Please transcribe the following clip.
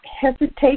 hesitate